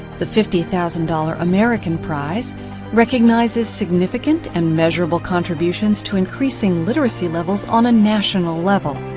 the fifty thousand dollar american prize recognizes significant, and measurable contributions to increasing literacy levels, on a national level.